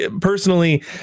personally